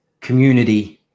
community